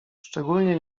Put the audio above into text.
szczególnie